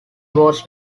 was